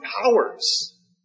powers